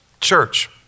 church